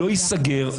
לא ייסגר,